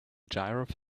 giraffe